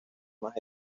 más